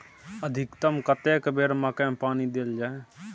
अधिकतम कतेक बेर मकई मे पानी देल जाय?